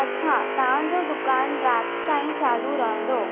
अच्छा तव्हांजो दुकानु राति ताईं चालू रहंदो